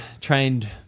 trained